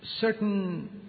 certain